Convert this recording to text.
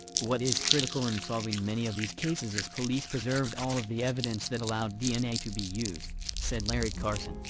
what is critical in solving many of these cases is police preserved all of the evidence that allowed dna to be used, said larry karson,